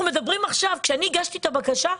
כשאני הגשתי את הבקשה,